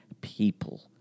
people